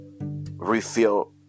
refill